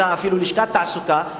היתה אפילו לשכת תעסוקה.